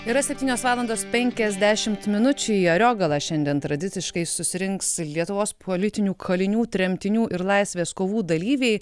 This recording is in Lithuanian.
yra septynios valandos penkiasdešimt minučių į ariogalą šiandien tradiciškai susirinks lietuvos politinių kalinių tremtinių ir laisvės kovų dalyviai